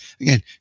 Again